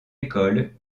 école